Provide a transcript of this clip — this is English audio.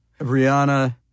Rihanna